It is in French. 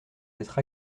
d’être